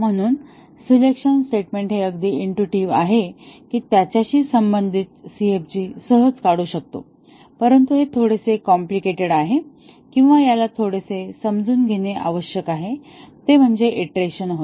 म्हणून selection statement हे अगदी इंटुईटीव्ह आहे की आपण त्याच्याशी संबंधित CFG सहज काढू शकतो परंतु हे थोडेसे कॉम्प्लिकेटेड आहे किंवा याला थोडेसे समजून घेणे आवश्यक आहे ते म्हणजे ईटरेशन होय